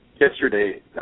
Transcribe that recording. yesterday